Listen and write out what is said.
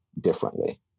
differently